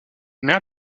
maire